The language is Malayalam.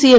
C M